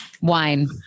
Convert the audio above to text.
Wine